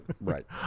Right